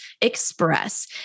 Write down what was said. express